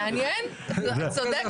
מעניין, את צודקת.